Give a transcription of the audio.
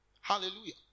Hallelujah